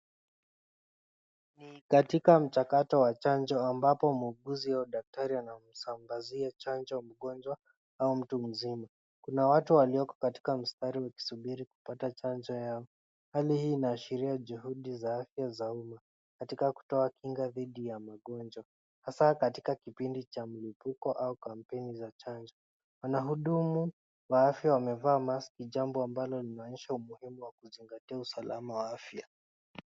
Katika mchakato wa chanjo, ambapo muuguzi au daktari anamsambazia chanjo mgonjwa au mtu mzima. Kuna watu walioko katika mstari wakisubiri kupata chanjo yao. Hali hii inaashiria juhudui za afya za uma. Katika kutoa kinga dhidi ya magonjwa. Hasaa katika kipindi cha mlipuko au kampeni za chanjo. Wanahudumu wa afya wamevaa mask , jambo ambalo linaonyesha umuhimu wa kuzingatia usalama wa afya.